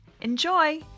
Enjoy